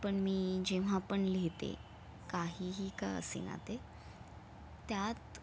पण मी जेव्हा पण लिहिते काहीही का असेना ते त्यात